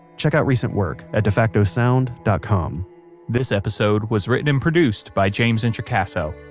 checkout recent work at defacto sound dot com this episode was written and produced by james introcaso,